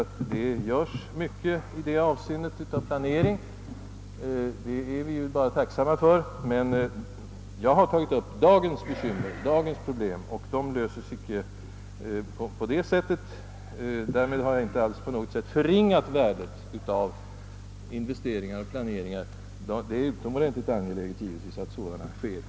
Att det planeras på detta område är vi naturligtvis tacksamma för, men jag har tagit upp dagens problem och de löses inte härigenom. Därmed har jag inte på något sätt velat förringa värdet av investeringar och planeringar — det är givetvis utomordentligt angeläget att sådana göres.